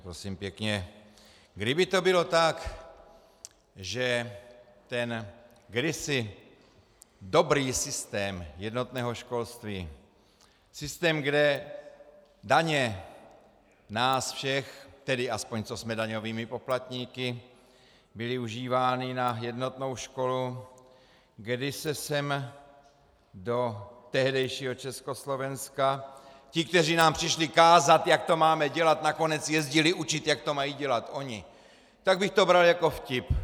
Prosím pěkně, kdyby to bylo tak, že kdysi dobrý systém jednotného školství, systém, kde daně nás všech, tedy aspoň těch, co jsme daňovými poplatníky, byly užívány na jednotnou školu, kdy se sem do tehdejšího Československa ti, kteří nám přišli kázat, jak to máme dělat, nakonec jezdili učit, jak to mají dělat oni, tak bych to bral jako vtip.